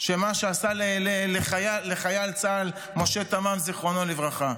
על מה שעשה לחייל צה"ל משה תמם, זיכרונו לברכה.